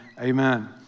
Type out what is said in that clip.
amen